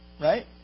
Right